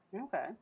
Okay